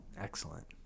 Excellent